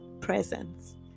presence